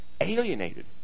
alienated